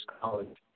College